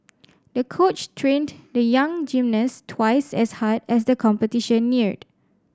the coach trained the young gymnast twice as hard as the competition neared